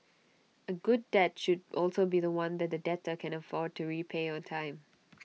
A good debt should also be The One that the debtor can afford to repay on time